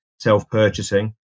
Self-purchasing